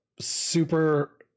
super